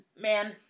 Man